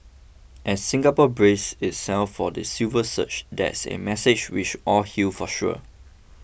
as Singapore braces itself for the silver surge that's a message we should all heal for sure